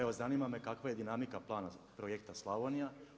Evo zanima me kakva je dinamika plana Projekta Slavonija?